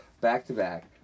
back-to-back